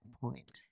point